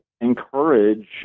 encourage